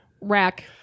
Rack